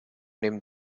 neben